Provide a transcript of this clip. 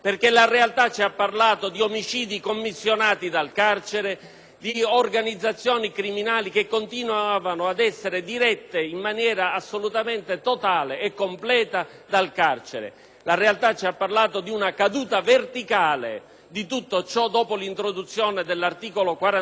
di organizzazioni criminali che continuavano ad essere dirette in maniera assolutamente esclusiva e totale dal carcere. La realtà ci ha parlato di una caduta verticale di tutto ciò dopo l'introduzione dell'articolo 41-*bis* e dico anche, ai colleghi che parlano